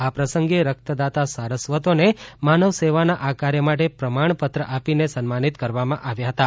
આ પ્રસંગે રક્તદાતા સારસ્વતોને માનવ સેવાના આ કાર્ય માટે પ્રમાણપત્ર આપીને સન્માનિત કરવામાં આવ્યા હતાં